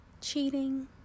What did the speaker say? cheating